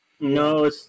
No